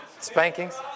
spankings